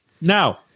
Now